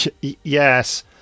Yes